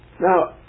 now